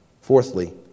Fourthly